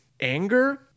anger